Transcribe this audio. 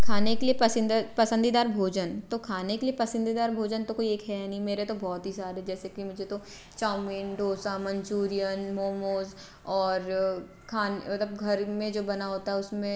खाने के लिए पसींदा पसंदीदा भोजन तो खाने के लिए पसंदीदा भोजन तो कोई एक है नहीं मेरे तो बहुत ही सारे जैसे मुझे तो चाउमीन दोसा मंचुरियन मोमोज और खाने मतलब घर में जो बना होता उसमें